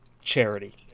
charity